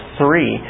three